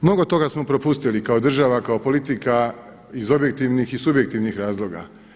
Mnogo toga smo propustili i kao država i kao politika iz objektivnih i subjektivnih razloga.